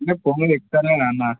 ఇంకా పోగా ఎక్కుతారు కదా అన్నా